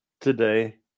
today